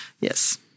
Yes